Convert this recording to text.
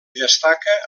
destaca